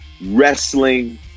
Wrestling